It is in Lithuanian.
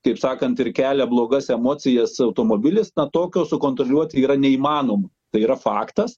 kaip sakant ir kelia blogas emocijas automobilis na tokio sukontroliuoti yra neįmanoma tai yra faktas